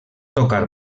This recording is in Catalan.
tocar